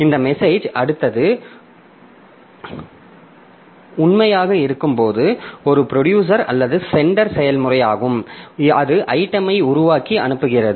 இந்த மெசேஜ் அடுத்தது உண்மையாக இருக்கும்போது ஒரு ப்ரொடியூசர் அல்லது சென்டர் செயல்முறையாகும் அது ஐட்டமை உருவாக்கி அனுப்புகிறது